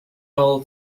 all